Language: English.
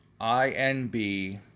INB